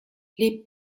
les